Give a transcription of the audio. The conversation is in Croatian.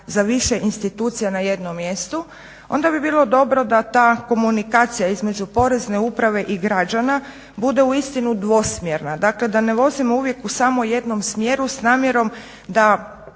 za više institucija na jednom mjestu onda bi bilo dobro da ta komunikacija između porezne uprave i građana bude uistinu dvosmjerna, dakle da ne vozimo uvijek u samo jednom smjeru s namjerom da